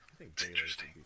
interesting